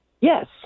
Yes